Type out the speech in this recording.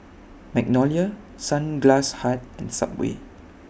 Magnolia Sunglass Hut and Subway